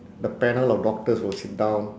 the panel of doctors will sit down